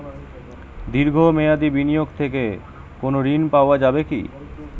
দীর্ঘ মেয়াদি বিনিয়োগ থেকে কোনো ঋন পাওয়া যাবে কী?